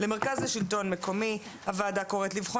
מרכז לשלטון מקומי הוועדה קוראת לבחון